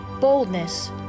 boldness